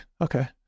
okay